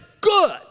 good